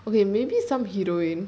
okay maybe some heroine